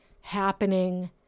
happening